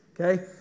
okay